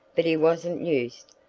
but he wasn't used,